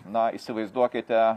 na įsivaizduokite